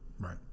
Right